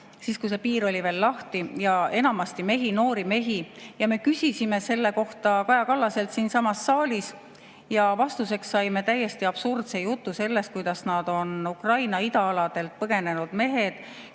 Siis, kui see piir oli veel lahti, tuli enamasti ka mehi, noori mehi. Ja me küsisime selle kohta Kaja Kallaselt siinsamas saalis. Vastuseks saime täiesti absurdse jutu sellest, kuidas nad on Ukraina idaaladelt põgenenud mehed,